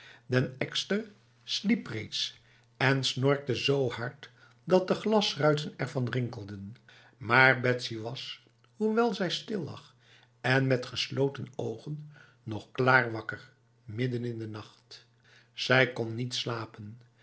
den ekster sliep reeds en snorkte zo hard dat de glasruiten ervan rinkelden maar betsy was hoewel zij stil lag en met gesloten ogen nog klaarwakker midden in de nacht zij kon niet slapen